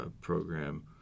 program